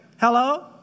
Hello